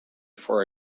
for